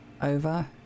over